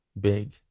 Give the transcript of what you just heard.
big